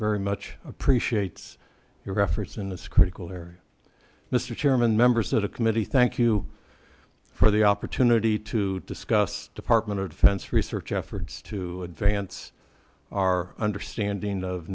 very much appreciates your efforts in this critical air mr chairman members that a committee thank you for the opportunity to discuss department of defense research efforts to advance our understanding of